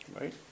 Right